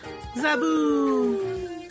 Zaboo